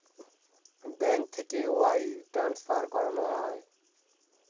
bank থেকে wire transfer করানো হয়